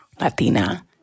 Latina